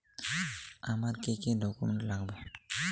আমার কি কি ডকুমেন্ট লাগবে?